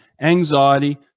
anxiety